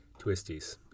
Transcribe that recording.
twisties